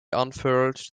unfurled